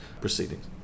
proceedings